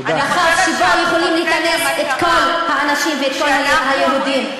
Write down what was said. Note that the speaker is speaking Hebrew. שבו יכולים לכנס את כל האנשים ואת כל הילדים.